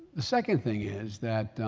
the second thing is that